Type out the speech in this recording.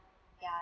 ya